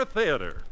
Theater